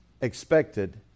expected